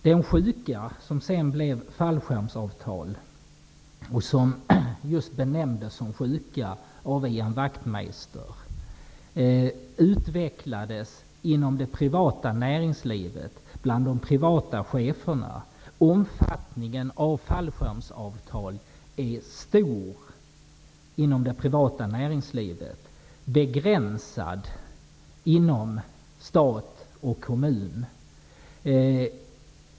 Den sjuka som sedan blev fallskärmsavtal och som just benämndes som sjuka av Ian Wachtmeister utvecklades inom det privata näringslivet, bland de privata cheferna. Omfattningen av fallskärmsavtalen är stor inom privat näringsliv och begränsad inom stat och kommun.